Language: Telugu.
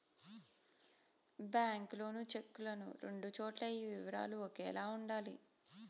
బ్యాంకు లోను చెక్కులను రెండు చోట్ల ఈ వివరాలు ఒకేలా ఉండాలి